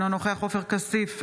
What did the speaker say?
אינו נוכח עופר כסיף,